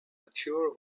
mature